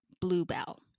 Bluebell